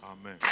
Amen